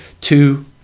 Two